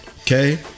okay